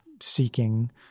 seeking